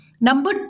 Number